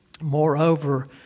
Moreover